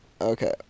Okay